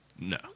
No